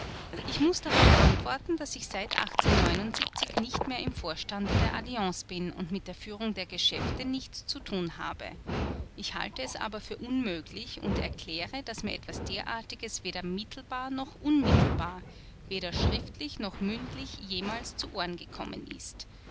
ich muß darauf antworten daß ich seit nicht mehr im vorstande der alliance bin und mit der führung der geschäfte nichts zu tun habe ich halte es aber für unmöglich und erkläre daß mir etwas derartiges weder mittelbar noch unmittelbar weder schriftlich noch mündlich jemals zu ohren gekommen ist